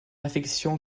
affection